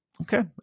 okay